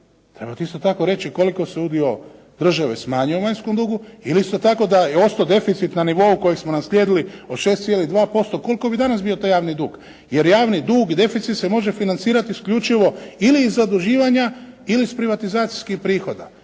Trebate isto tako reći koliko se udio države smanjio u vanjskom dugu ili isto tako da je ostao deficit na nivou kojeg smo naslijedili od 6,2%, koliko bi danas bio taj javni dug? Jer javni dug i deficit se može financirati isključivo ili iz zaduživanja ili iz privatizacijskih prihoda.